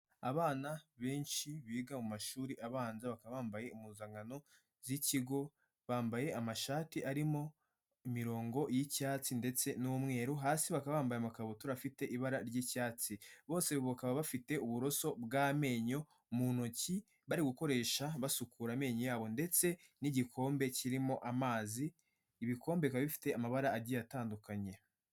Abana benshi biga mu mashuri abanza, bakaba bambaye impuzankano z'ikigo, bambaye amashati arimo imirongo y'icyatsi ndetse n'umweru hasi, bakaba bambaye amakabutura afite ibara ry'icyatsi, bose bakaba bafite uburoso bw'amenyo mu ntoki bari gukoresha basukura amenyo yabo ndetse n'igikombe kirimo amazi, ibikombe bikaba bifite amabara agiye atandukanye.